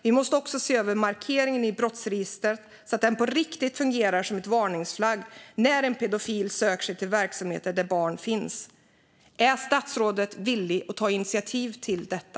Vi måste också se över markeringen i brottsregistret, så att den på riktigt fungerar som en varningsflagg när en pedofil söker sig till verksamheter där barn finns. Är statsrådet villig att ta initiativ till detta?